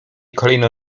kolejno